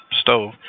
stove